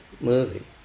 movie